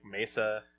Mesa